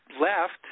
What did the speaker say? left